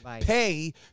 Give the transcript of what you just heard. pay